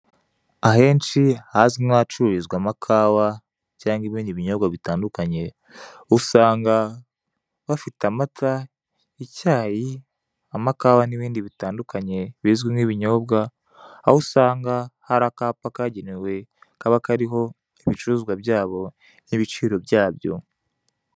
Ahenshi hazwi nk'ahacururizwa amakawa cyangwa ibindi bitandukanye usanga bafite amata, icyayi, amakawa n'ibindi bitandukanye bizwi nk'ibinyobwa, aho usanga hari akapa kagenewe kaba kariho ibicuruzwa byabo n'ibiciro byabyo.